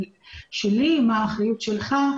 מה האחריות שלך,